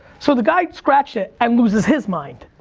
so the guy scratched it and loses his mind.